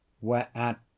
Whereat